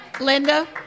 Linda